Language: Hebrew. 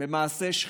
במעשי שחיתות.